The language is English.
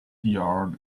yarn